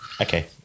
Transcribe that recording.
Okay